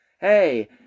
hey